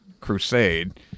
crusade